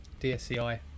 DSCI